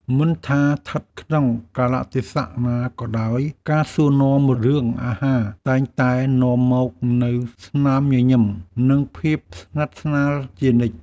មិនថាស្ថិតក្នុងកាលៈទេសៈណាក៏ដោយ ការសួរនាំរឿងអាហារតែងតែនាំមកនូវស្នាមញញឹម និងភាពស្និទ្ធស្នាលជានិច្ច។